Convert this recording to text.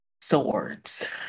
swords